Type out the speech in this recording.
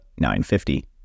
950